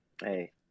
hey